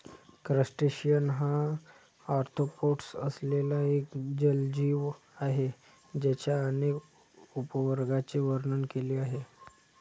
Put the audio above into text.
crustacean हा arthropods असलेला एक जलजीव आहे ज्याच्या अनेक उपवर्गांचे वर्णन केले आहे